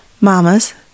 Mamas